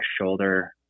shoulder